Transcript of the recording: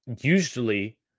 Usually